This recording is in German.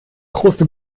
kruste